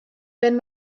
wenn